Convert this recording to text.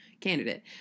Candidate